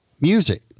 music